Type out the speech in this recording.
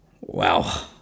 Wow